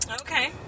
Okay